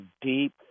deep